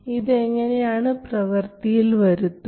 ഇതെങ്ങനെയാണ് പ്രവർത്തിയിൽ വരുത്തുക